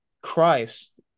christ